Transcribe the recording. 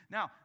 Now